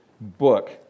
book